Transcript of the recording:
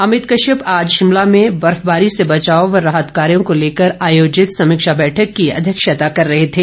अमित कश्यप आज शिमला में बर्फबारी से बचाव व राहत कार्यों को लेकर आयोजित समीक्षा बैठक की अध्यक्षता कर रहे थे